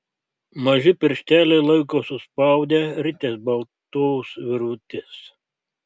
maži piršteliai laiko suspaudę rites baltos virvutės